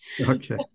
okay